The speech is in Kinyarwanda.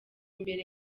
imbere